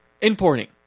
Importing